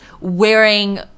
wearing